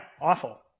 Awful